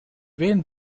wen